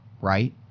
right